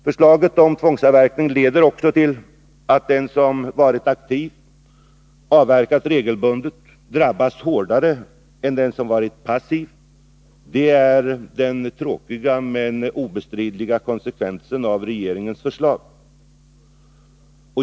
Förslaget om tvångsavverkning leder också till att den som varit aktiv och avverkat regelbundet drabbas hårdare än den som varit passiv. Det är den tråkiga men obestridliga konsekvensen av regeringens förslag.